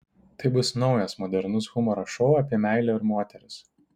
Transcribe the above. tai bus naujas modernus humoro šou apie meilę ir moteris